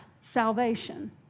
salvation